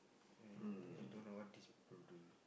and and you don't know what this bro doing